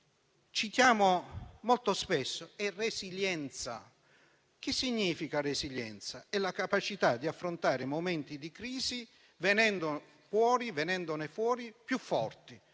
citiamo molto spesso è resilienza. Che significa resilienza? È la capacità di affrontare momenti di crisi venendone fuori più forti.